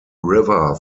river